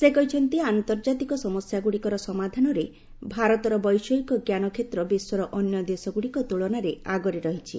ସେ କହିଛନ୍ତି ଆନ୍ତର୍ଜାତିକ ସମସ୍ୟାଗୁଡ଼ିକର ସମାଧାନରେ ଭାରତର ବୈଷୟିକଜ୍ଞାନ କ୍ଷେତ୍ର ବିଶ୍ୱର ଅନ୍ୟ ଦେଶଗୁଡ଼ିକ ତୁଳନାରେ ଆଗରେ ରହିଛି